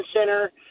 Center